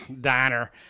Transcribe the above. diner